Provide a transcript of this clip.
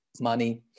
money